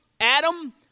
Adam